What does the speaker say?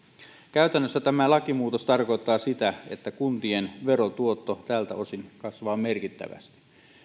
käytännössä tämä lakimuutos tarkoittaa sitä että kuntien verotuotto tältä osin kasvaa merkittävästi